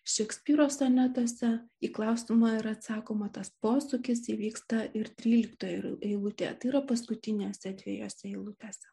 šekspyro sonetuose į klausimą ir atsakoma tas posūkis įvyksta ir tryliktoje eilutėje tai yra paskutinėse dviejose eilutėse